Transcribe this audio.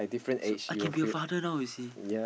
so I can be a father now you see